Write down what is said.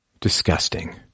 disgusting